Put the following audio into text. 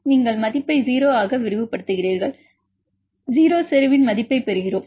எனவே நீங்கள் மதிப்பை 0 ஆக விரிவுபடுத்துகிறீர்கள் எனவே 0 செறிவின் மதிப்பைப் பெறுகிறோம்